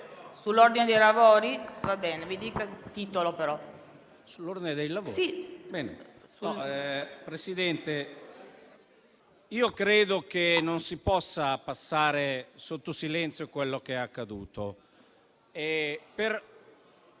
io credo che non si possa far passare sotto silenzio quello che è accaduto.